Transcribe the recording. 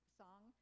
song